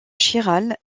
chiral